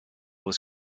was